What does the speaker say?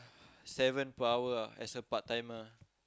seven per hour ah as a part timer